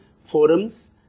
forums